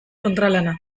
kontralana